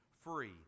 free